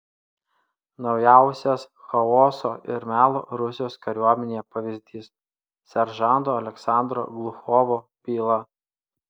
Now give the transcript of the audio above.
naujausias chaoso ir melo rusijos kariuomenėje pavyzdys seržanto aleksandro gluchovo byla